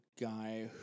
guy